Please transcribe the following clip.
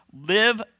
Live